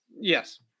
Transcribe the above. Yes